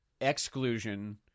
exclusion